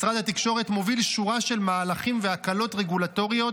משרד התקשורת מוביל שורה של מהלכים והקלות רגולטוריות